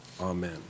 Amen